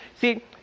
see